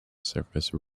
service